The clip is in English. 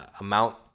amount